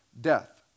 death